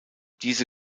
diese